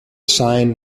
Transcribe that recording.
sign